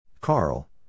Carl